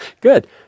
Good